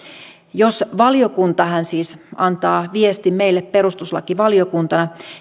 jos valiokunta hän siis antaa viestin meille perustuslakivaliokuntana